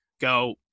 go